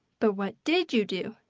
but what did you do?